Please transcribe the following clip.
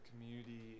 community